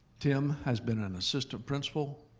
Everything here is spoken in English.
tim has been an assistant principal,